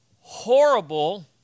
horrible